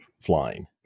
flying